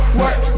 work